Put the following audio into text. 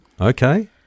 Okay